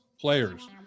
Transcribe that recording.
players